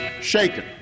shaken